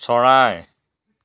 চৰাই